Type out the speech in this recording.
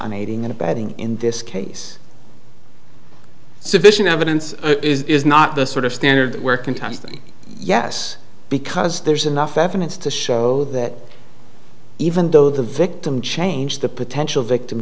on aiding and abetting in this case sufficient evidence is not the sort of standard work in time yes because there's enough evidence to show that even though the victim changed the potential victim